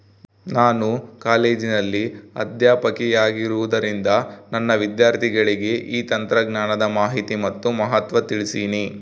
ನಾನು ಕಾಲೇಜಿನಲ್ಲಿ ಅಧ್ಯಾಪಕಿಯಾಗಿರುವುದರಿಂದ ನನ್ನ ವಿದ್ಯಾರ್ಥಿಗಳಿಗೆ ಈ ತಂತ್ರಜ್ಞಾನದ ಮಾಹಿನಿ ಮತ್ತು ಮಹತ್ವ ತಿಳ್ಸೀನಿ